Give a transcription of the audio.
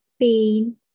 pain